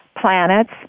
planets